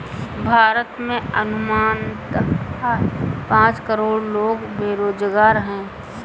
भारत में अनुमानतः पांच करोड़ लोग बेरोज़गार है